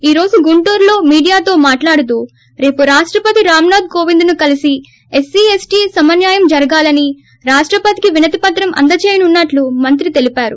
ఈ రోజు గుంటూరులో మీడోయాతో మాట్లాడుతూ రేపు రాష్టపతి రామ్నాథ్ కోవింద్ను కలిసి ఎస్పీ ఎస్టీలకు సమ న్యాయం జరగాలని రాష్టపతికి వినేతిపత్రం అందచేయనున్నట్లు మంత్రి తెలిపారు